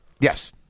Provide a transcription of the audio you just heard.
Yes